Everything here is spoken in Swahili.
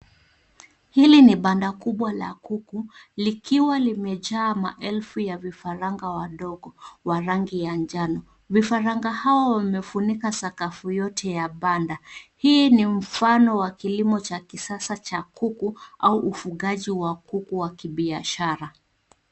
Hili ni banda kubwa la kuku likiwa limejaa maelfu ya vifaranga wadogo wa rangi ya njano. Vifaranga hawa wamefunika sakafu yote ya banda. Hii ni mfano wa kilimo cha kisasa cha kuku au ufugaji wa kuku wa kibiashara.